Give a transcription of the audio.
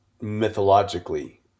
mythologically